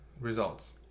results